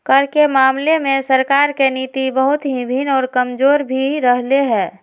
कर के मामले में सरकार के नीति बहुत ही भिन्न और कमजोर भी रहले है